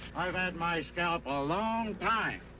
i've had my scalp a long time,